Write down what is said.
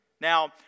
Now